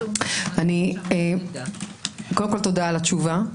תודה על התשובה.